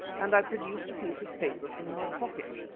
and i produced a piece of paper from my pocket.